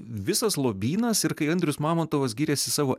visas lobynas ir kai andrius mamontovas giriasi savo